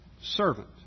servant